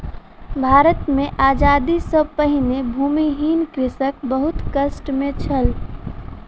भारत मे आजादी सॅ पहिने भूमिहीन कृषक बहुत कष्ट मे छल